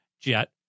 jet